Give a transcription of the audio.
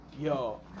Yo